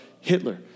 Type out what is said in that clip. Hitler